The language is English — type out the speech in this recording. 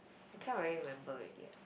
I can't really remember already eh